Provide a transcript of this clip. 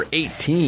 18